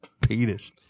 Penis